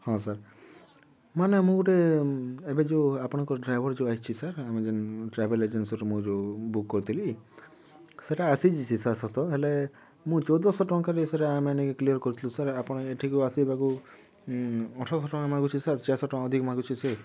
ହଁ ସାର୍ ମାନେ ମୁଁ ଗୋଟେ ଏବେ ଯେଉଁ ଆପଣଙ୍କ ଡ୍ରାଇଭର ଯେଉଁ ଆସିଛି ସାର୍ ଟ୍ରାଭେଲ୍ ଏଜେନ୍ସିରୁ ମୁଁ ଯେଉଁ ବୁକ୍ କରିଥିଲି ସେଟା ଆସିଛି ସେ ସାର୍ ସତ ହେଲେ ମୁଁ ଚଉଦ ଶହ ଟଙ୍କାରେ ସାର୍ ମାନେ କ୍ଲିଅର୍ କରିଥିଲି ସାର୍ ଆପଣ ଏଠିକୁ ଆସିବାକୁ ଅଠରଶହ ଟଙ୍କା ମାଗୁଛି ସାର୍ ଚାରିଶହ ଟଙ୍କା ଦେଇ ମାଗୁଛି ସେ